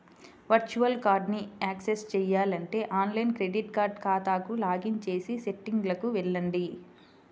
virtual కార్డ్ని access చేయాలంటే online credit card ఖాతాకు లాగిన్ చేసి సెట్టింగ్లకు వెళ్లండి